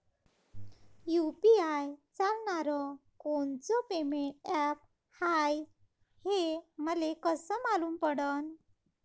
UPI चालणारं कोनचं payment app हाय, हे मले कस मालूम पडन?